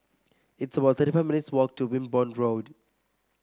it's about thirty five minutes' walk to Wimborne Road